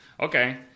Okay